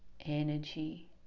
energy